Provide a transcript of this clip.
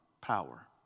power